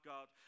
God